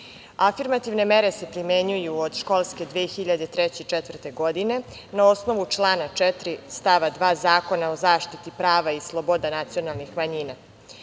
Srbiji. Afirmativne mere se primenjuju od školske 2003, 2004. godine na osnovu člana 4. stava 2. Zakona o zaštiti prava i sloboda nacionalnih manjina.